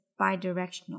bidirectional